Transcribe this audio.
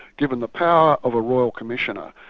given the power of a royal commissioner,